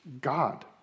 God